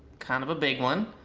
kind of a big one.